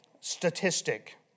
statistic